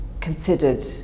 considered